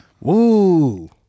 Woo